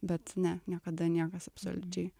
bet ne niekada niekas absoliučiai